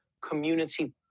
community